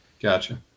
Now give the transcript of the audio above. Gotcha